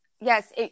Yes